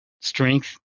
strength